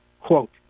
quote